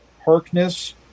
Harkness